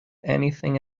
anything